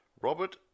Robert